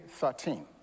13